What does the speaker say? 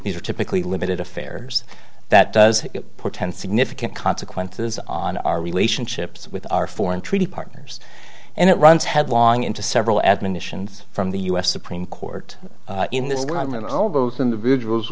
these are typically limited affairs that does portend significant consequences on our relationships with our foreign treaty partners and it runs headlong into several admonitions from the u s supreme court in this one and all those individuals